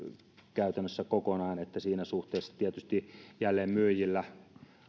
käytännössä kokonaan että siinä suhteessa tietysti jälleenmyyjillä